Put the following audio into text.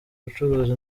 bucuruzi